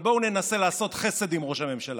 אבל בואו ננסה לעשות חסד עם ראש הממשלה,